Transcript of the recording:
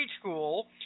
school